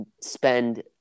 spend